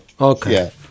okay